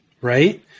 Right